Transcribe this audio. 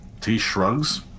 T-Shrugs